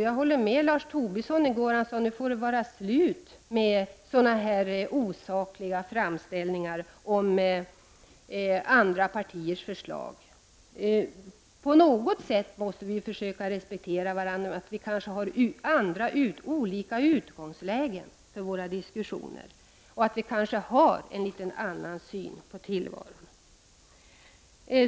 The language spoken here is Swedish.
Jag håller med vad Lars Tobisson sade i går, nämligen att det nu får vara slut på sådana här osakliga framställningar om andra partiers förslag. Vi måste på något sätt försöka respektera varandra även om vi kanske har olika utgångslägen för våra diskussioner och litet annorlunda syn på tillvaron.